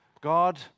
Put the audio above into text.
God